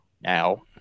now